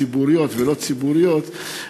ציבוריות ולא ציבוריות,